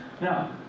Now